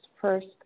first